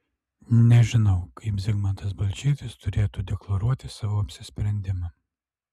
nežinau kaip zigmantas balčytis turėtų deklaruoti savo apsisprendimą